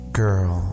girl